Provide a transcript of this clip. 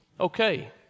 Okay